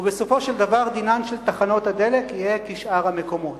ובסופו של דבר דינן של תחנות הדלק יהיה כדין שאר המקומות.